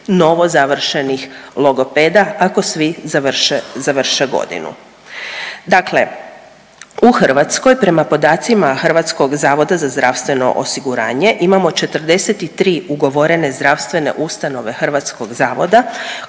novo završenih logopeda ako svi završe godinu. Dakle, u Hrvatskoj prema podacima Hrvatskog zavoda za zdravstveno osiguranje imamo 43 ugovorene zdravstvene ustanove Hrvatskog zavoda